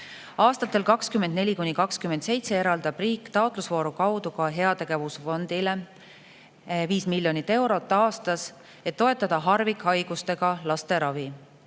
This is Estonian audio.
Aastatel 2024–2027 eraldab riik taotlusvooru kaudu ka heategevusfondile 5 miljonit eurot aastas, et toetada harvikhaigustega laste ravi.